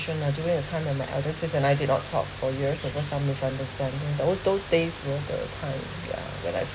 ah during the time when my elder sis and I did not talk for years we have some misunderstanding those those days you know the time yeah when I